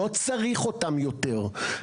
לא צריך אותם יותר,